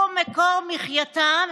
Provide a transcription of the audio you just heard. הוא מקור מחייתם,